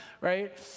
right